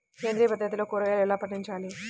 సేంద్రియ పద్ధతిలో కూరగాయలు ఎలా పండించాలి?